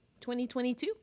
2022